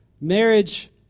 marriage